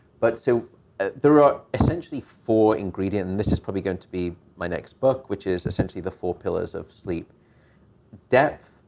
but so there are essentially four ingredients, and this is probably going to be my next book, which is essentially the four pillars of sleep depth,